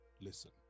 listen